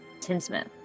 tinsmith